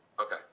Okay